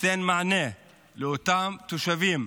ותיתן מענה לאותם תושבים.